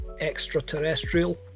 extraterrestrial